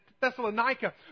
Thessalonica